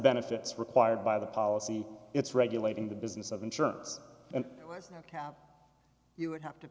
benefits required by the policy it's regulating the business of insurance and now you would have to